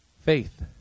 Faith